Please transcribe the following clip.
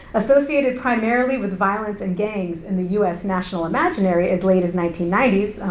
associated primarily with violence and gangs in the u s. national imaginary as late as nineteen ninety s,